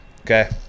okay